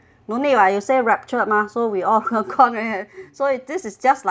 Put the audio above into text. no need what you said ruptured mah so we all car~ car~ on so this is just like